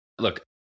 Look